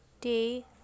day